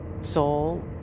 soul